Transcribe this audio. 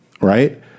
Right